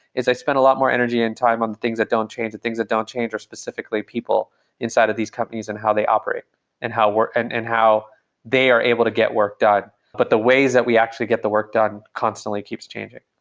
is i spend a lot more energy and time on things that don't change. the things that don't change, or specifically people inside of these companies and how they operate and and and how they are able to get work done but the ways that we actually get the work done constantly keeps changing.